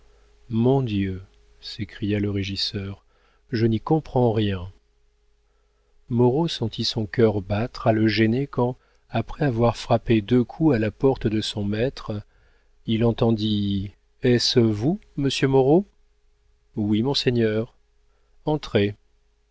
mon dieu s'écria le régisseur je n'y comprends rien moreau sentit son cœur battre à le gêner quand après avoir frappé deux coups à la porte de son maître il entendit est-ce vous monsieur moreau oui monseigneur entrez